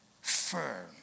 firm